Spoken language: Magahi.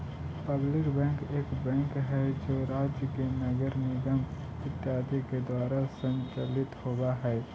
पब्लिक बैंक एक बैंक हइ जे राज्य या नगर निगम इत्यादि के द्वारा संचालित होवऽ हइ